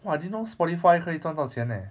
!wah! didn't know Spotify 可以赚到钱 leh